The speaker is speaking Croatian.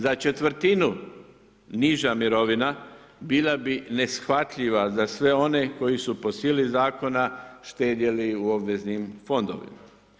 Za četvrtinu niža mirovina bila bi neshvatljiva za sve one koji su po sili zakona štedjeli u obveznim fondovima.